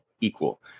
equal